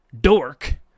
dork